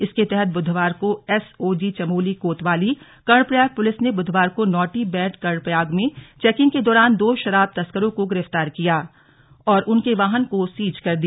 इसके तहत बुधवार को एस ओ जी चमोली कोतवाली कर्णप्रयाग पुलिस ने बुधवार को नौटी बैंड कर्णप्रयाग में चौंकिग के दौरान दो शराब तस्करों को गिरफ्तार किया और उनके वाहन को सीज कर दिया